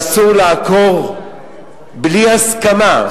שאסור לעקור בלי הסכמה,